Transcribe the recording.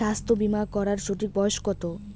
স্বাস্থ্য বীমা করার সঠিক বয়স কত?